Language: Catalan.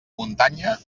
muntanya